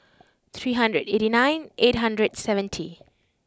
three hundred and eighty nine eight hundred seventy